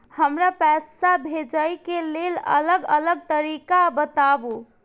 हमरा पैसा भेजै के लेल अलग अलग तरीका बताबु?